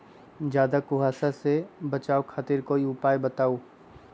ज्यादा कुहासा से बचाव खातिर कोई उपाय बताऊ?